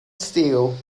steel